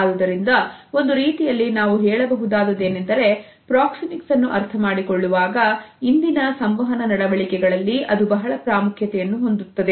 ಆದುದರಿಂದ ಒಂದು ರೀತಿಯಲ್ಲಿ ನಾವು ಹೇಳಬಹುದಾದದ್ದು ಏನೆಂದರೆ ಪ್ರಾಕ್ಸಿಮಿಕ್ಸ್ ಅನ್ನು ಅರ್ಥಮಾಡಿಕೊಳ್ಳುವಾಗ ಇವತ್ತಿನ ಸಂವಹನ ನಡವಳಿಕೆಗಳಲ್ಲಿ ಅದು ಬಹಳ ಪ್ರಾಮುಖ್ಯತೆಯನ್ನು ಹೊಂದುತ್ತದೆ